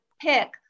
pick